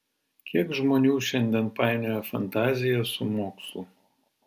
kiek žmonių šiandien painioja fantaziją su mokslu